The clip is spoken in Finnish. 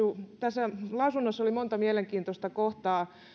tässä lausunnossa oli monta mielenkiintoista kohtaa